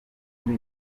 kuri